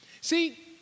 See